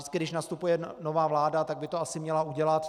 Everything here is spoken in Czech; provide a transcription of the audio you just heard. Vždycky když nastupuje nová vláda, tak by to asi měla udělat.